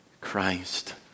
Christ